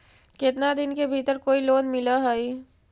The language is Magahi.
केतना दिन के भीतर कोइ लोन मिल हइ?